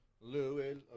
Louis